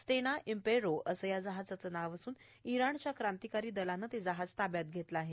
स्टेना Impero असं या जहाजाचं नाव असून इरानच्या क्रांतीकारी दलानं ते जहाज ताब्यात घेतलं आहे